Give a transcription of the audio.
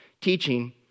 teaching